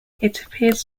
appears